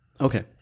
Okay